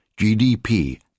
GDP